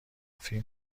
فیلم